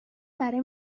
برای